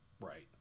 Right